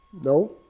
No